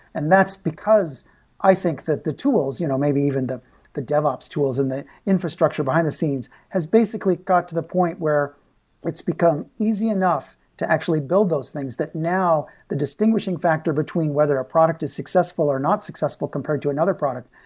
and that's because i think that the tools, you know maybe even the the devops tools and the infrastructure behind the scenes has basically got to the point where it's become easy enough to actually build those things that now the distinguishing factor between whether a product is successful or not successful compared to another product,